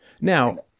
Now